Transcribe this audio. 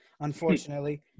unfortunately